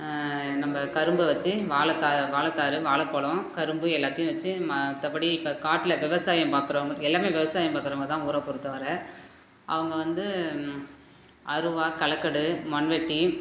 நம்ப கரும்பை வெச்சு வாழை தார் வாழை தார் வாழைப் பழம் கரும்பு எல்லாத்தையும் வெச்சு மற்றபடி இப்போ காட்டில் விவசாயம் பார்க்குறவங்க எல்லாமே விவசாயம் பார்க்குறவங்க தான் ஊரை பொறுத்த வரை அவங்க வந்து அருவாள் களக்கடு மண்வெட்டி